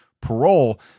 parole